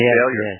failure